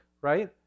right